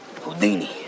Houdini